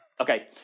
Okay